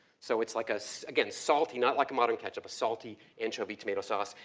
so it's like a, so again, salty, not like a modern ketchup. a salty anchovy tomato sauce.